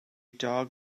dog